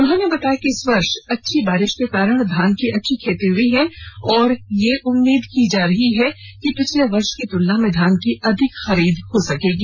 उन्होंने बताया कि इस वर्ष अच्छी बारिश के कारण धान की अच्छी खेती हुई है और यह उम्मीद की जा रही है कि पिछले वर्ष की तुलना में धान की अधिक खरीद हो सकेगी